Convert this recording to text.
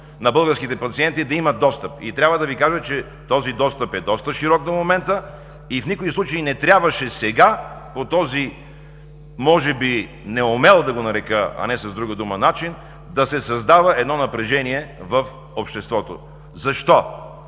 на българските пациенти да имат достъп. Трябва да Ви кажа, че този достъп е доста широк до момента и в никакъв случай не трябваше сега, по този може би неумел, да го нарека, а не с друга дума, начин да се създава напрежение в обществото. Защо?